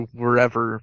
wherever